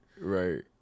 right